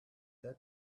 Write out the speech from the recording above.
that